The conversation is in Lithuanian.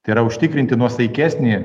tai yra užtikrinti nuosaikesnį